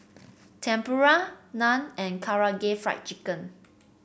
Tempura Naan and Karaage Fried Chicken